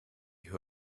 who